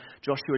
Joshua